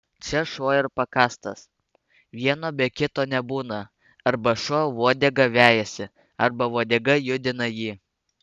čia šuo ir pakastas vieno be kito nebūna arba šuo uodegą vejasi arba uodega judina jį